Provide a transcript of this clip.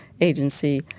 agency